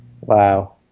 Wow